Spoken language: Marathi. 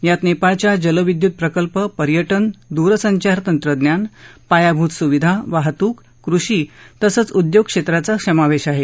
यात नेपाळच्या जलविद्युत प्रकल्प पर्यटन दूरसंचार तंत्रज्ञान पायाभूत सुविधा वाहतूक कृषी तसंच उद्योग क्षेत्राचा समावेश आहे